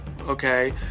okay